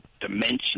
dimension